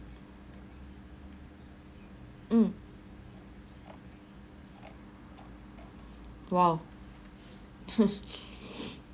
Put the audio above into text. mm !wow!